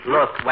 Look